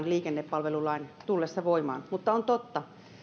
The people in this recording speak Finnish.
liikennepalvelulain tullessa voimaan mutta on totta